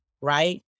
right